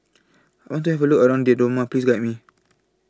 I want to Have A Look around Dodoma Please Guide Me